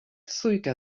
sójka